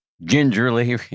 gingerly